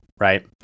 right